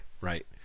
Right